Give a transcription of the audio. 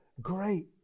great